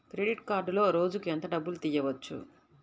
Credit కార్డులో రోజుకు ఎంత డబ్బులు తీయవచ్చు?